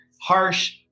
harsh